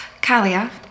Kalia